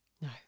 No